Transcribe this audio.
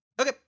Okay